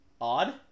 odd